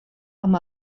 amb